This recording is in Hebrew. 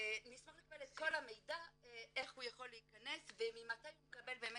נשמח לקבל את כל המידע איך הוא יכול להכנס וממתי הוא מקבל את